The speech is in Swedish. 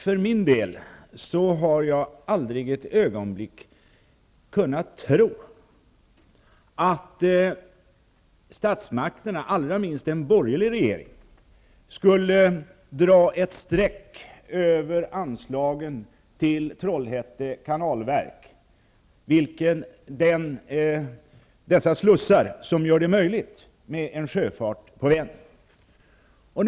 För min del har jag aldrig ett ögonblick kunnat tro att statsmakterna -- och allra minst en borgerlig regering -- skulle dra ett streck över anslagen till Trollhätte kanalverk, till dessa slussar som gör det möjligt med en sjöfart på Vänern.